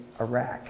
Iraq